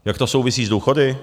Jak to souvisí s důchody?